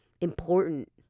important